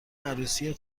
عروسی